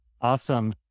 Awesome